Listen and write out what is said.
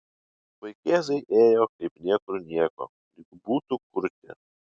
vaikėzai ėjo kaip niekur nieko lyg būtų kurti